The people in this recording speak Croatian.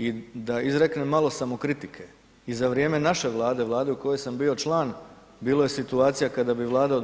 I da izreknem malo samokritike, i za vrijeme naše Vlade, Vlade u kojoj sam bio član, bilo je situacija kada bi Vlada